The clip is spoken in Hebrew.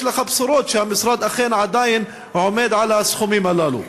לך בשורות שהמשרד אכן עדיין עומד על הסכומים הללו.